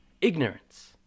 Ignorance